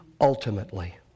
ultimately